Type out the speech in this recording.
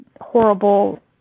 horrible